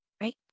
right